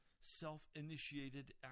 self-initiated